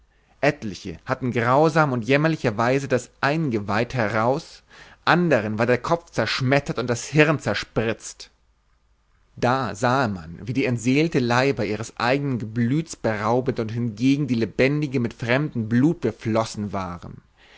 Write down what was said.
etliche hatten grausam und jämmerlicherweise das ingeweid heraus und andern war der kopf zerschmettert und das hirn zerspritzt da sahe man wie die entseelte leiber ihres eigenen geblüts beraubet und hingegen die lebendige mit frembdem blut beflossen waren